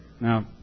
Now